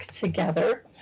together